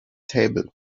table